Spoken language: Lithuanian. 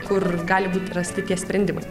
kur gali būti rasti sprendimai